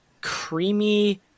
creamy